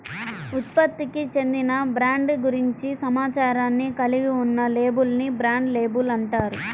ఉత్పత్తికి చెందిన బ్రాండ్ గురించి సమాచారాన్ని కలిగి ఉన్న లేబుల్ ని బ్రాండ్ లేబుల్ అంటారు